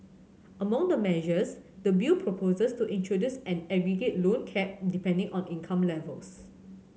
among the measures the bill proposes to introduce an aggregate loan cap depending on income levels